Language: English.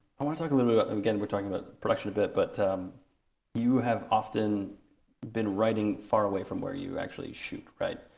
i want to talk a little bit about, and again we're talking about production a bit, but um you have often been writing far away from where you actually shoot, right?